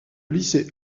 lycée